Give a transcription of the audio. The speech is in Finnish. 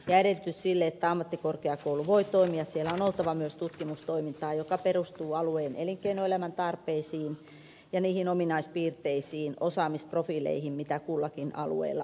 edellytys sille että ammattikorkeakoulu voi toimia on se että siellä on oltava myös tutkimustoimintaa joka perustuu alueen elinkeinoelämän tarpeisiin ja niihin ominaispiirteisiin osaamisprofiileihin mitä kullakin alueella on